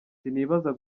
sinibaza